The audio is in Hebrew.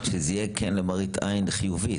שזה כן יהיה למראית עין חיובית,